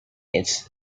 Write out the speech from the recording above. its